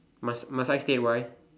must must I state why